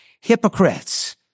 hypocrites